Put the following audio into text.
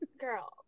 Girl